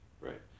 right